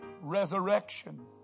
Resurrection